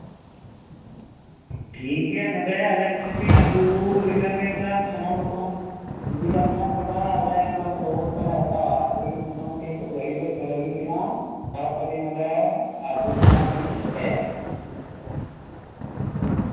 ᱴᱷᱤᱠ ᱜᱮᱭᱟ ᱱᱚᱸᱰᱮ ᱟᱞᱮᱴᱷᱮᱱ ᱵᱮᱱ ᱟᱹᱜᱩ ᱞᱮᱠᱷᱟᱱ ᱥᱟᱱᱟᱢ ᱨᱚᱠᱚᱢ ᱥᱩᱵᱤᱫᱷᱟ ᱢᱮᱱᱟᱜ ᱟᱠᱟᱫᱟ ᱛᱟᱦᱞᱮ ᱚᱱᱟ ᱫᱚ ᱵᱮᱵᱚᱥᱛᱷᱟᱞᱮ ᱦᱟᱛᱟᱣᱟ ᱛᱟᱦᱞᱮ ᱟᱵᱤᱱ ᱢᱳᱴᱟᱢᱩᱴᱤ ᱱᱤᱛᱚᱜ ᱜᱟᱹᱰᱤᱞᱮ ᱠᱩᱞ ᱟᱵᱤᱱ ᱠᱟᱱᱟ ᱛᱟᱲᱟᱛᱟᱲᱤ ᱱᱚᱰᱮ ᱟᱹᱜᱩ ᱨᱮᱱᱟᱜ ᱵᱮᱱ ᱪᱮᱥᱴᱟᱭᱟ